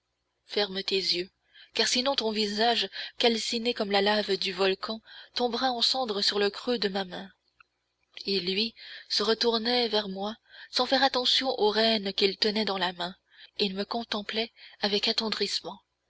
ferme tes yeux car sinon ton visage calciné comme la lave du volcan tombera en cendres sur le creux de ma main et lui se retournait vers moi sans faire attention aux rênes qu'il tenait dans la main et me contemplait avec attendrissement